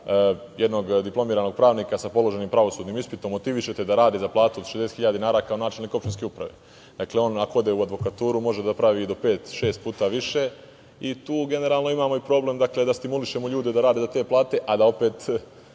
jednog diplomiranog pravnika sa položenim pravosudnim ispitom motivišete da radi za platu od 60.000 dinara kao načelnik opštinske uprave? On ako ode u advokaturu, može da pravi do pet, šest puta više. Tu generalno imamo i problem da stimulišemo ljude da rade za te plate, a da opet